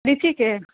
लीचीके